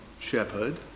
shepherd